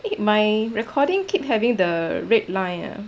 my recording keep having the red line